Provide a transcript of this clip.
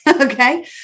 okay